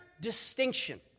distinction